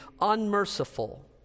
unmerciful